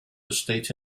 estate